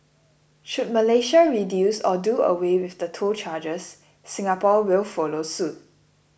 should Malaysia reduce or do away with the toll charges Singapore will follow suit